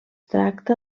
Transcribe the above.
tracta